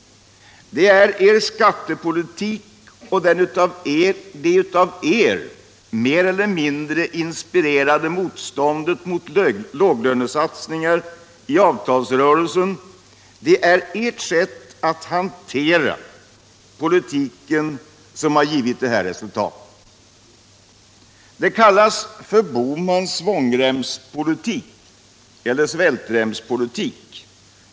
Det är er skattepolitik och det av er mer eller mindre inspirerade motståndet mot låglönesatsningar i avtalsrörelsen, det är ert sätt att hantera politiken som har gett det här resultatet. Det kallas Bohmans svångremspolitik eller svältremspolitik.